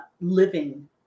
living